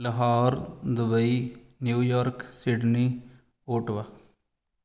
Lahore Dubai New York Sydney ਪੋਟੋਆ